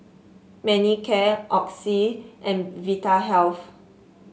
Manicare Oxy and Vitahealth